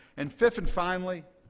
and fifth and finally,